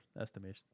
estimation